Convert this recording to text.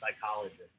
psychologist